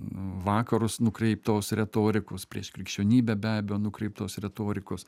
vakarus nukreiptos retorikos prieš krikščionybę be abejo nukreiptos retorikos